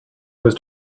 was